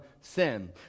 sin